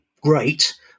great